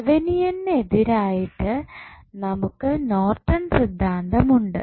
തെവനിയന് എതിരായിട്ട് നമുക്ക് നോർട്ടൺ സിദ്ധാന്തം ഉണ്ട്